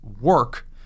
work